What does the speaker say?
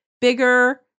bigger